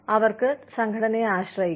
അവർക്ക് സംഘടനയെ ആശ്രയിക്കാം